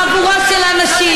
חבורה של אנשים,